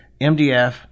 MDF